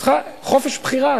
היא צריכה חופש בחירה.